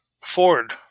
Ford